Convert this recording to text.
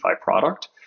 product